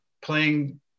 playing